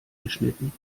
geschnitten